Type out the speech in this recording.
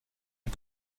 est